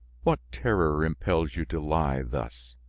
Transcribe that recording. what terror impels you to lie thus?